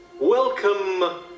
Welcome